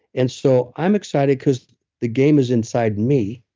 and so, i'm excited because the game is inside me,